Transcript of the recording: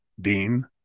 Dean